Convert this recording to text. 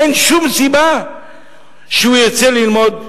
אין שום סיבה שהוא ירצה ללמוד בפריפריה,